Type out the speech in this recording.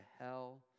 hell